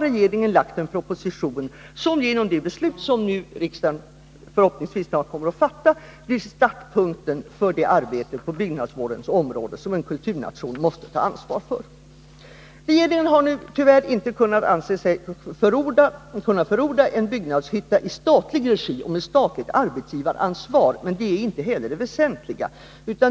regeringen har lagt fram en proposition som genom det beslut som riksdagen förhoppningsvis nu snart kommer att fatta blir startpunkten för det arbete på byggnadsvårdens område som en kulturnation måste ta ansvar för. Regeringen har nu tyvärr inte ansett sig kunna förorda en byggnadshytta i statlig regi och med statligt arbetsgivaransvar. Men det är inte heller det väsentliga.